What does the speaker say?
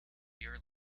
year